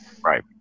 right